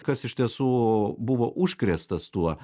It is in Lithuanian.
kas iš tiesų buvo užkrėstas tuo